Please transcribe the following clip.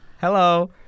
hello